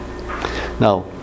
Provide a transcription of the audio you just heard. Now